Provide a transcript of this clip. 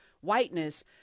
whiteness